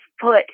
foot